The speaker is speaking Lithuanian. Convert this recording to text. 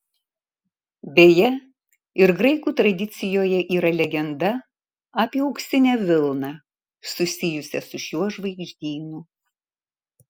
beje ir graikų tradicijoje yra legenda apie auksinę vilną susijusią su šiuo žvaigždynu